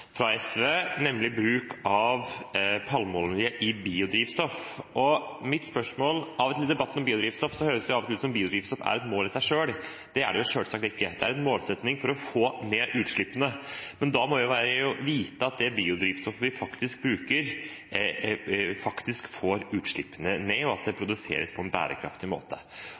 fra SV, nemlig bruk av palmeolje i biodrivstoff. I debatten om biodrivstoff høres det av og til ut som om biodrivstoff er et mål i seg selv. Det er det selvsagt ikke. Det er en målsetting for å få ned utslippene. Men da må vi vite at det biodrivstoffet vi bruker, faktisk får utslippene ned, og at det produseres på en bærekraftig måte.